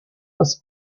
aus